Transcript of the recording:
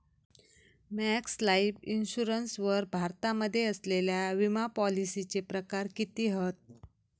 Max Life Insurance वर भारतामध्ये असलेल्या विमापॉलिसीचे प्रकार किती हत?